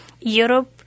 Europe